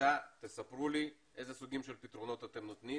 בבקשה ספרו לי איזה סוגים של פתרונות אתם נותנים